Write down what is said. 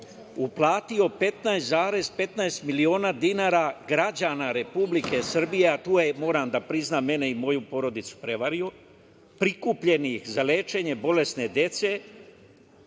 uplatio 15,15 miliona dinara građana Republike Srbije, a tu je, moram da priznam, mene i moju porodicu prevario, prikupljenih za lečenje bolesne dece